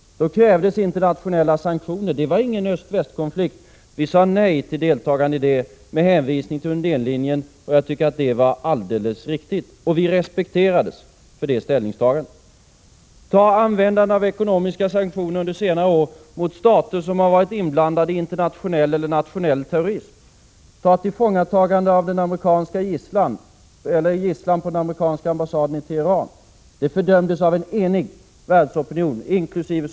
Då krävdes internationella sanktioner. Det var ingen öst-väst-konflikt. Vi sade nej till deltagande med hänvisning till Undénlinjen. Jag tycker att detta var alldeles riktigt. Vi respekterades för ställningstagandet. Ta t.ex. användandet av ekonomiska sanktioner under senare år mot stater som har varit inblandade i internationell eller nationell terrorism. Ta exemplet med tillfångatagandet av gisslan på den amerikanska ambassaden i Teheran — detta fördömdes av en enig världsopinion, inkl.